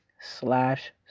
slash